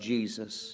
Jesus